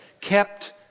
Kept